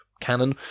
canon